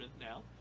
now